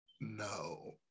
no